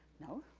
no?